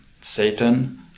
Satan